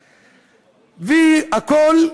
והכול,